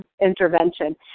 intervention